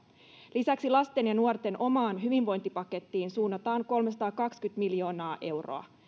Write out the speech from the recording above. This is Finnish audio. lisäksi lasten ja nuorten omaan hyvinvointipakettiin suunnataan kolmesataakaksikymmentä miljoonaa euroa